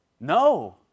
No